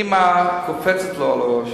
אבל הרושם שלי, שקדימה קופצת לו על הראש.